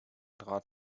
draht